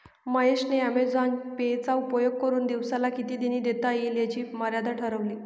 महेश ने Amazon Pay चा उपयोग करुन दिवसाला किती देणी देता येईल याची मर्यादा ठरवली